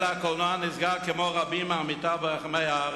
אלא הקולנוע נסגר, כמו רבים מדומיו ברחבי הארץ,